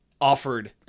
offered